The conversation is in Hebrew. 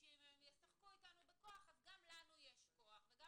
שאם הן ישחקו איתנו בכוח אז גם לנו יש כוח וגם